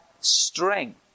strength